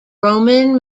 roman